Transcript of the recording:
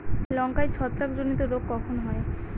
লঙ্কায় ছত্রাক জনিত রোগ কখন হয়?